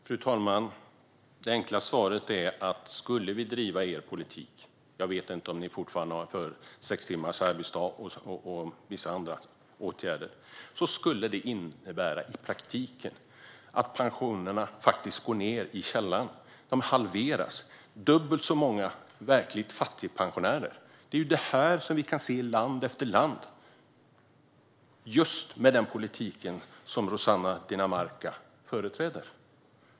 Fru talman! Det enkla svaret är: Skulle vi fortsätta att driva Vänsterpartiets politik - jag vet inte om man har kvar sex timmars arbetsdag och vissa andra åtgärder - skulle det i praktiken innebära att pensionerna gick ned i källaren. De skulle halveras. Vi skulle få dubbelt så många verkligt fattiga pensionärer. Det är detta vi kan se i land efter land med just den politik Rossana Dinamarca företräder.